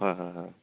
হয় হয় হয়